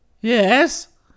Yes